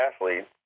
athlete